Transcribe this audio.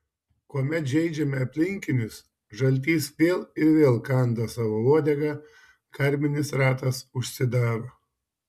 kuomet žeidžiame aplinkinius žaltys vėl ir vėl kanda savo uodegą karminis ratas užsidaro